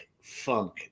funk